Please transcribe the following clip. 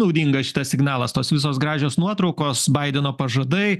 naudingas šitas signalas tos visos gražios nuotraukos baideno pažadai